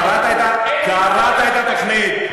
קראת את התוכנית?